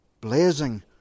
blazing